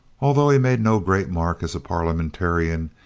although he made no great mark as a parliamentarian,